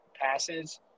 passes